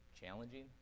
challenging